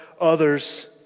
others